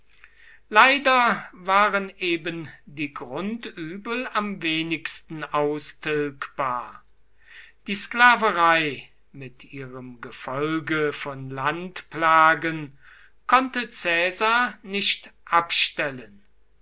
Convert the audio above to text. leider waren eben die grundübel am wenigsten austilgbar die sklaverei mit ihrem gefolge von landplagen konnte caesar nicht abstellen